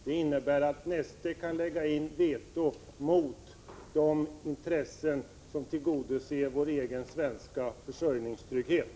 Detta innebär att Neste kan lägga in veto mot de intressen som tillgodoser vår egen svenska försörjningstrygghet.